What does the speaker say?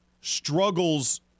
struggles